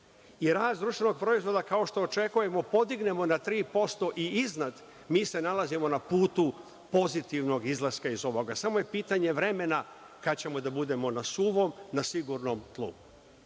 i rast društvenog proizvoda kao što očekujemo podignemo na 3% i iznad, mi se nalazimo na putu pozitivnog izlaska iz ovoga. Samo je pitanje vremena kada ćemo biti na suvom, na sigurnom